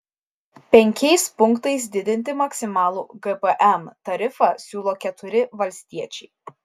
penkiais punktais didinti maksimalų gpm tarifą siūlo keturi valstiečiai